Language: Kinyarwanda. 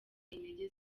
intege